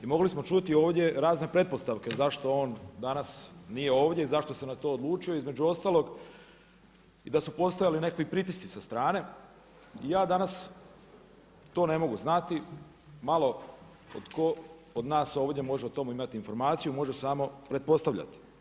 Mogli smo čuti ovdje razne pretpostavke, zašto on danas nije ovdje i zašto se na odlučuje između ostalog i da su postojali nekakvi pritisci sa strane, ja danas to ne mogu znati, malo tko od nas ovdje može o tom imati informaciju, može samo pretpostavljati.